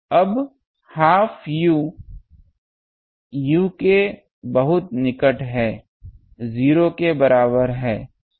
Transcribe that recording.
अब half u u के बहुत निकट है 0 के बराबर है